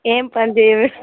ఏం పని చేయను